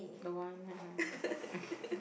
don't want lah